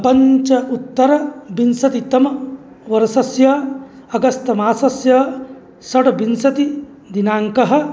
पञ्च उत्तर विंशतितमवर्षस्य अगस्त् मासस्य षड्विंशतिः दिनाङ्कः